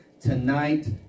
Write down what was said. tonight